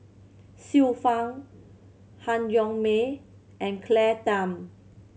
Xiu Fang Han Yong May and Claire Tham